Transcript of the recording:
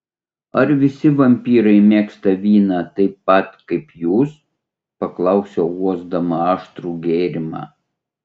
ar visi vampyrai mėgsta vyną taip pat kaip jūs paklausiau uosdama aštrų gėrimą